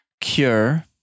cure